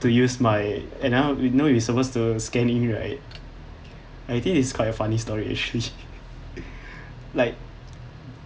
to use my and now you know you supposed to scan in right I think it's quite a funny story actually like